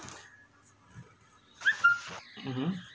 (uh huh)